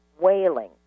wailing